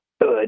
good